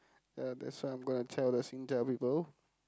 ya that's why I'm going to tell the Singtel people